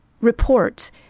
reports